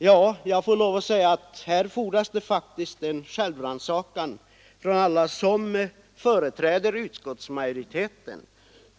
Ja, jag får lov att säga att här fordras det faktiskt en självrannsakan hos alla er som företräder utskottsmajoriteten.